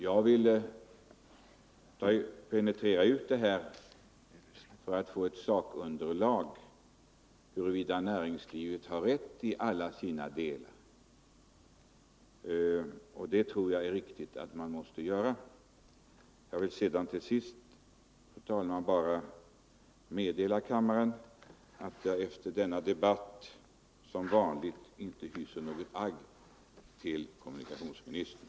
Jag ville penetrera det här för att få ett sakunderlag för en bedömning huruvida näringslivet har rätt i alla delar. Jag tror det är riktigt att man måste göra det. Till sist, fru talman, vill jag bara meddela kammaren att jag efter denna debatt som vanligt inte hyser något agg till kommunikationsministern.